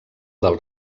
del